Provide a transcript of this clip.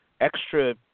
extra